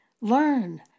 learn